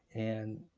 and,